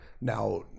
Now